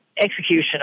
execution